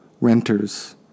Renters